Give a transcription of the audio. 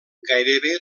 gairebé